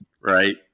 Right